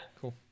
Cool